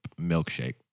milkshake